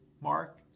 Mark